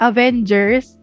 Avengers